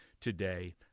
today